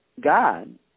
God